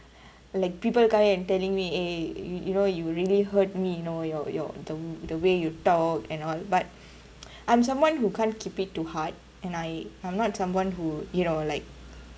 like people come and telling me eh you you know you really hurt me you know your your the the way you talk and all but I'm someone who can't keep it to heart and I I'm not someone who you know like